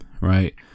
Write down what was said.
right